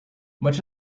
much